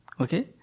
Okay